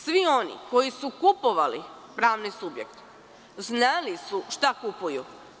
Svi oni koji su kupovali pravni subjekt znali su šta kupuju.